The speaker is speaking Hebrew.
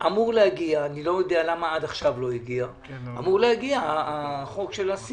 את הדברים האלה, אמור להגיע חוק הסיוע,